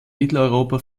mitteleuropa